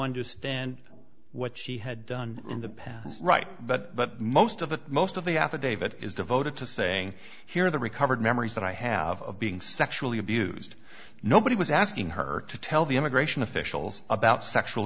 understand what she had done in the past right but most of the most of the affidavit is devoted to saying here are the recovered memories that i have of being sexually abused nobody was asking her to tell the immigration officials about sexual